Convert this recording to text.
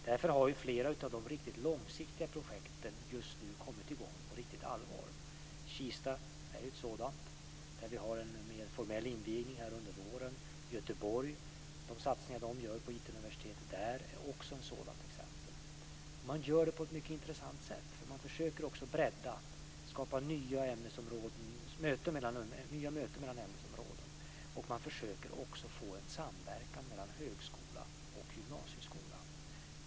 Därför har flera av de riktigt långsiktiga projekten just nu kommit i gång på riktigt allvar. Kista är ett sådant som mer formellt invigs under våren. Göteborg och de satsningar som görs på IT-universitetet där är också ett sådant exempel. Man gör det på ett mycket intressant sätt, för man försöker att bredda i nya möten mellan ämnesområden. Man försöker också att få en samverkan mellan högskola och gymnasieskola.